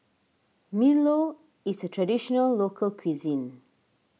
Milo is a Traditional Local Cuisine